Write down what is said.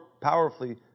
powerfully